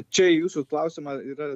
čia į jūsų klausimą yra